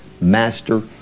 master